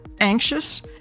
Anxious